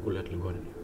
gulėt ligoninėje